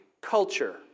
culture